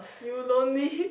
you lonely